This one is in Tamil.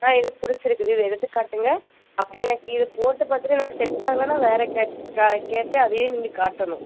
ஆ இது பிடிச்சிருக்குது இதை எடுத்து காட்டுங்கள் அப்படியே எனக்கு இது போட்டு பார்த்துட்டு எனக்கு செட்டா ஆகலைன வேற கேட் கேப் கேட்பேன் அதையும் நீங்கள் காட்டணும்